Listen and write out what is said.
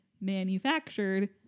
manufactured